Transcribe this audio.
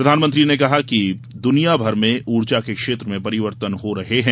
प्रधानमंत्री ने कहा कि दुनिया भर में ऊर्जा के क्षेत्र में परिवर्तन हो रहे हैं